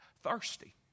thirsty